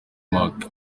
mark